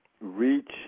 reach